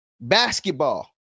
basketball